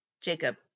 Jacob